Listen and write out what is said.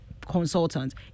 consultants